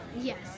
Yes